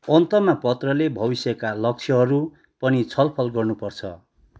अन्तमा पत्रले भविष्यका लक्ष्यहरू पनि छलफल गर्नुपर्छ